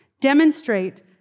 demonstrate